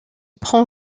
prend